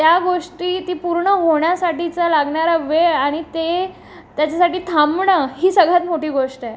त्या गोष्टी ती पूर्ण होण्यासाठीचा लागणारा वेळ आणि ते त्याच्यासाठी थांबणं ही सगळ्यात मोठी गोष्ट आहे